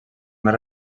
més